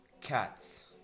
Cats